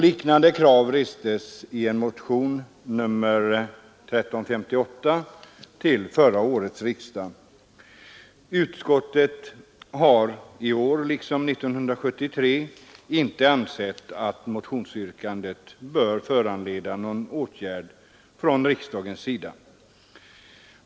Liknande krav restes i en motion, nr 1358, till förra årets riksdag. Utskottet har i år liksom 1973 inte ansett att motionsyrkandet bör föranleda någon åtgärd från riksdagens sida.